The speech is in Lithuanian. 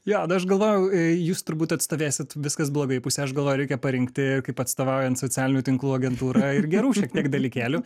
jo nu o aš galvojau jūs turbūt atstovėsit viskas blogai pusę aš galvoju reikia parinkti kaip atstovaujant socialinių tinklų agentūrą ir gerų šiek tiek dalykėlių